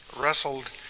wrestled